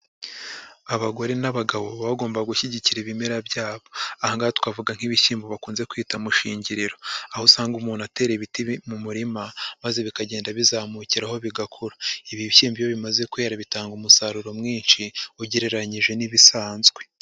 Abagore n'abagabo baba bagomba gushyigikira ibimera byabo, aha ngaha twavuga nk'ibishyimbo bakunze kwita mu shingiriro, aho usanga umuntu atera ibiti mu murima maze bikagenda bizamukiraho bigakura, ibi bishyimbo iyo bimaze kwera bitanga umusaruro mwinshi ugereranyije n'ibisanzwe.